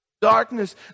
darkness